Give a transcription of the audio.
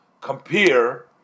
compare